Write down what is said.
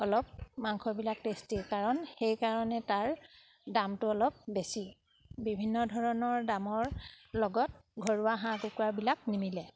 অলপ মাংসবিলাক টেষ্টি কাৰণ সেইকাৰণে তাৰ দামটো অলপ বেছি বিভিন্ন ধৰণৰ দামৰ লগত ঘৰুৱা হাঁহ কুকুৰাবিলাক নিমিলে